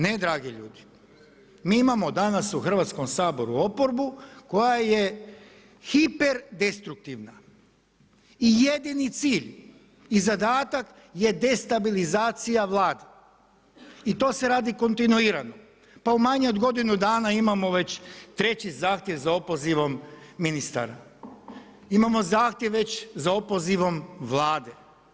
Ne dragi ljudi, mi imamo danas u Hrvatskom saboru oporbu koja je hiperdestruktivna i jedini cilj i zadak je destabilizacija Vlade i to se radi kontinuirano, pa manje od godinu dana imamo već treći zahtjev za opozivom ministara, imamo zahtjev već za opozivom Vlade.